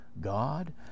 God